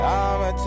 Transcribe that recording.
I'ma